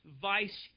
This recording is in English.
vice